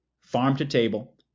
farm-to-table